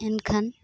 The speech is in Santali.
ᱮᱱᱠᱷᱟᱱ